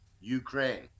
Ukraine